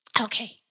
Okay